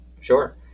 Sure